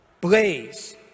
Blaze